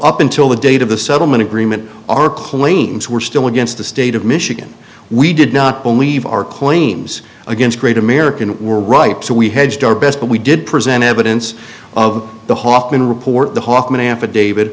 up until the date of the settlement agreement our claims were still against the state of michigan we did not believe our claims against great american were right so we hedged our best but we did present evidence of the hoffman report the hawkman affidavi